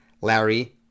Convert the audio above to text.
Larry